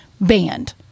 banned